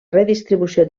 redistribució